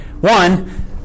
One